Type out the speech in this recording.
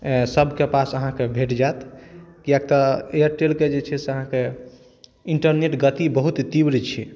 सबके पास अहाँके भेट जायत कियाक तऽ एयरटेलके जे छै अहाँके इंटरनेट गति बहुत तीव्र छै